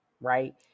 right